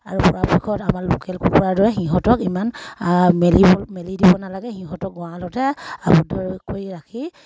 আৰু পৰাপক্ষত আমাৰ লোকেল কুকুৰাৰ দৰে সিহঁতক ইমান মেলিব মেলি দিব নালাগে সিহঁতক গঁৰালতে আৱদ্ধ কৰি ৰাখি